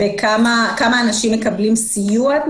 את מתכוונת כמה אנשים מקבלים סיוע?